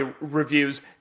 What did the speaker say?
reviews